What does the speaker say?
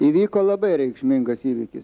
įvyko labai reikšmingas įvykis